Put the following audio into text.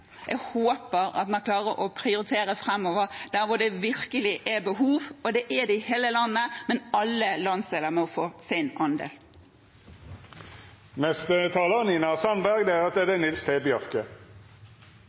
jeg håper at man frAmover klarer å prioritere der hvor det virkelig er behov, og det er det i hele landet, men alle landsdeler må få sin andel.